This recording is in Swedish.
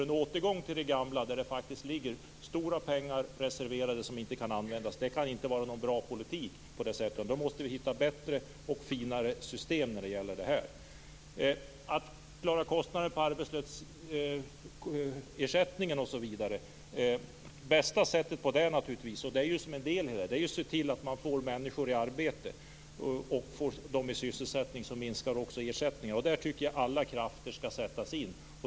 En återgång till det gamla systemet, där det ligger stora pengar reserverade som inte kan användas, kan inte vara någon bra politik. Vi måste hitta bättre och finare system när det gäller detta. Bästa sättet att klara kostnaderna för arbetslöshetsersättningen är naturligtvis att se till att få människor i arbete. Får man dem i sysselsättning minskar också ersättningen. Där skall alla krafter sättas in.